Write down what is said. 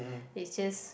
it's just